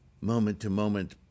moment-to-moment